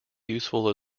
useful